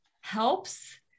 helps